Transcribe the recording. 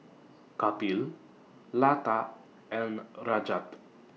Kapil Lata and Rajat